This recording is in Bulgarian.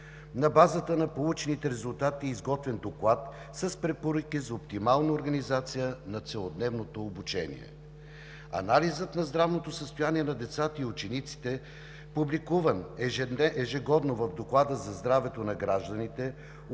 На базата на получените резултати е изготвен доклад с препоръки за оптимална организация на целодневното обучение. Анализът на здравното състояние на децата и учениците, публикуван ежегодно в Доклада за здравето на гражданите,